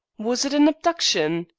was it a habduction?